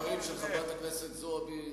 חברת הכנסת זועבי,